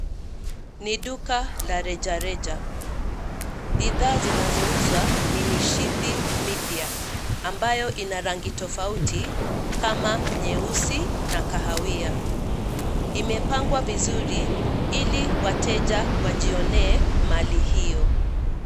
Ni duka la rejareja. Bidhaa zinazouzwa ni mishipi mipya ambayo ina rangi tofauti kama nyeusi na kahawia. Imepangwa vizuri ili wateja wajionee mali hiyo.